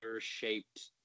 shaped